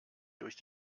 durch